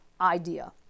idea